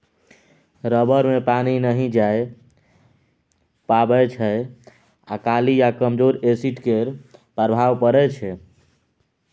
rubber मे पानि नहि जाए पाबै छै अल्काली आ कमजोर एसिड केर प्रभाव परै छै